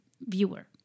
viewer